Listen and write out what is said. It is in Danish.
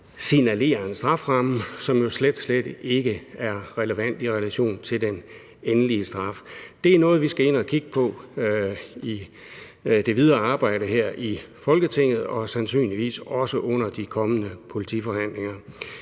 signalere en strafferamme, som jo slet, slet ikke er relevant i relation til den endelige straf. Det er noget, vi skal ind at kigge på i det videre arbejde her i Folketinget og sandsynligvis også i de kommende politiforhandlinger.